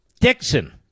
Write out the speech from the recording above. Dixon